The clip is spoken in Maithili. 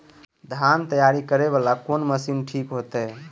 धान तैयारी करे वाला कोन मशीन ठीक होते?